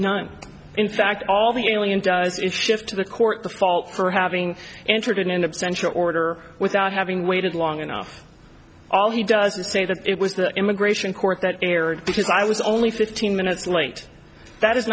none in fact all the alien does is shift to the court the fault for having entered in abstention order without having waited long enough all he does is say that it was the immigration court that aired because i was only fifteen minutes late that is